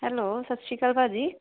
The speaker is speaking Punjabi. ਹੈਲੋ ਸਤਿ ਸ਼੍ਰੀ ਅਕਾਲ ਭਾਅ ਜੀ